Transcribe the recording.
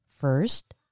First